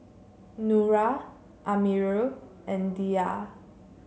Nura Amirul and Dhia